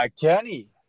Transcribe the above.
kenny